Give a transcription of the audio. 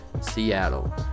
seattle